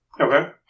Okay